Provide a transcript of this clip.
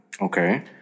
Okay